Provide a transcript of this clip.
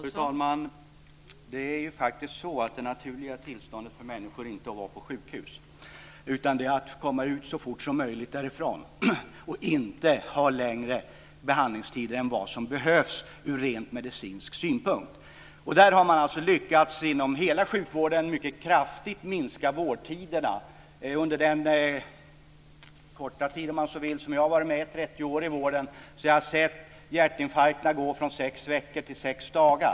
Fru talman! Det är ju faktiskt så att det naturliga tillståndet för människor inte är att vara på sjukhus. Det är att komma ut så fort som möjligt därifrån och inte ha längre behandlingstider än vad som behövs ur rent medicinsk synpunkt. Man har inom hela sjukvården lyckats att mycket kraftigt minska vårdtiderna. Under den korta tid, om man så vill, som jag har varit med i vården - 30 år - har jag sett vården för hjärtinfarkt gå från sex veckor till sex dagar.